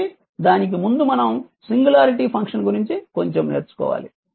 కాబట్టి దానికి ముందు మనం సింగులారిటీ ఫంక్షన్ గురించి కొంచెం నేర్చుకోవాలి